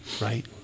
right